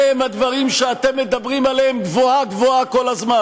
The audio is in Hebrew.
אלה הם הדברים שאתם מדברים עליהם גבוהה-גבוהה כל הזמן.